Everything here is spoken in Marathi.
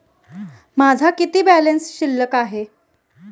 माझा किती बॅलन्स शिल्लक आहे?